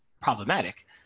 problematic